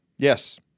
Yes